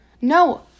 no